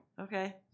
Okay